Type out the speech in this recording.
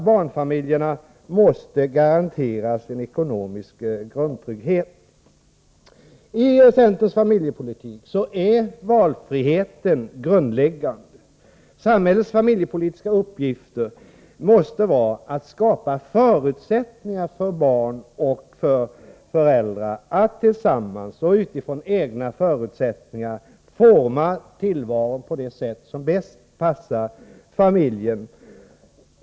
Barnfamiljerna måste garanteras en ekonomisk grundtrygghet. I centerns familjepolitik är valfriheten grundläggande. Samhällets familjepolitiska uppgifter måste vara att skapa förutsättningar för barn och föräldrar att tillsammans och utifrån egna förutsättningar forma tillvaron på det sätt som bäst passar familjen.